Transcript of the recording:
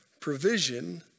Provision